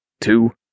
Two